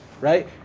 right